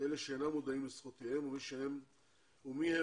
אלה שאינן מודעות לזכויותיהן ומי הם